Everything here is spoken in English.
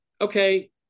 okay